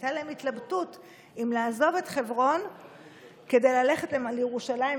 והייתה להם התלבטות אם לעזוב את חברון כדי ללכת לירושלים,